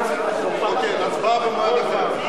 אוקיי, הצבעה במועד אחר.